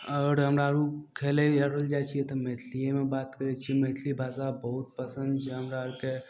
आओर हमरा आर खेलय आओर जाइ छियै तऽ मैथलियेमे बात करय छियै मैथलिये भाषा बहुत पसन्द छै हमरा आरके